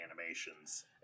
animations